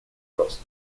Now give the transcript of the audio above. вопрос